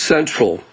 Central